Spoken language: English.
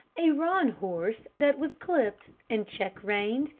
a roan horse that was clipped, and check-reined,